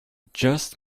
just